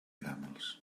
camels